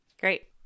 Great